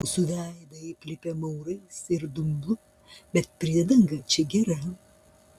mūsų veidai aplipę maurais ir dumblu bet priedanga čia gera